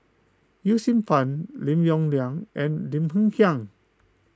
Yee Siew Pun Lim Yong Liang and Lim Hng Kiang